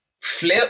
Flip